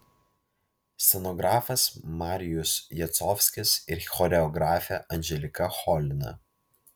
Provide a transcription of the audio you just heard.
scenografas marijus jacovskis ir choreografė anželika cholina